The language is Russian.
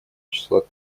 числа